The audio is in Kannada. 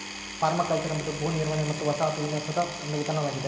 ಪರ್ಮಾಕಲ್ಚರ್ ಎಂಬುದು ಭೂ ನಿರ್ವಹಣೆ ಮತ್ತು ವಸಾಹತು ವಿನ್ಯಾಸದ ಒಂದು ವಿಧಾನವಾಗೆದ